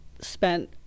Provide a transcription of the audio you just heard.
spent